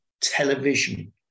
television